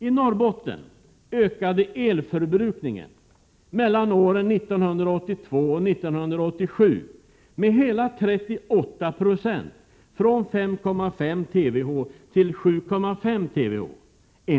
Enligt Vattenfall ökade elförbrukningen i Norrbotten mellan åren 1982 och 1987 med hela 38 96, från 5,5 TWh till 7,5 TWh.